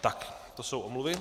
Tak, to jsou omluvy.